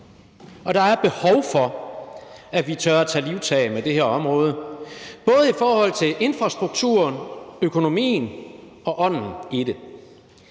og der er behov for, at vi tør tage livtag med det her område – både i forhold til infrastrukturen, økonomien og ånden i det.